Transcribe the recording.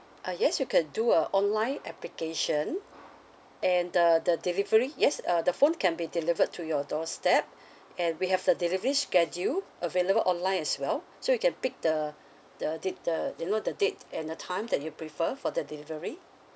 uh yes you can do uh online application and the the delivery yes uh the phone can be delivered to your doorstep and we have the delivery schedule available online as well so you can pick the the date the you know the date and the time that you prefer for the delivery